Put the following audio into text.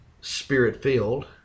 spirit-filled